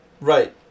Right